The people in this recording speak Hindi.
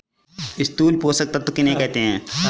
स्थूल पोषक तत्व किन्हें कहते हैं?